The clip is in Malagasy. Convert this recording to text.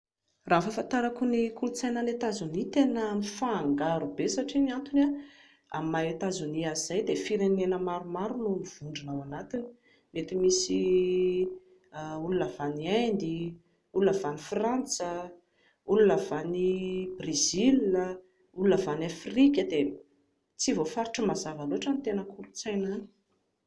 Raha ny fahafantarako ny kolotsaina any Etazonia tena mifangaro be satria ny antony amin'izay maha Etazonia azy izay dia firenena maromaro no mivondrona ao anatiny, mety misy olona avy any Inde, olona avy any Frantsa, olona avy any Bresil, olona avy any Afrika, dia tsy voafaritro mazava loatra ny tena kolotsaina any